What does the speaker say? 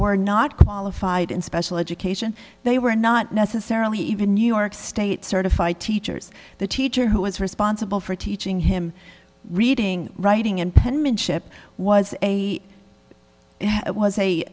were not qualified in special education they were not necessarily even new york state certified teachers the teacher who was responsible for teaching him reading writing and